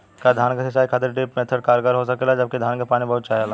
का धान क सिंचाई खातिर ड्रिप मेथड कारगर हो सकेला जबकि धान के पानी बहुत चाहेला?